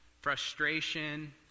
frustration